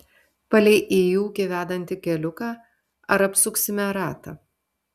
palei į ūkį vedantį keliuką ar apsuksime ratą